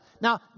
Now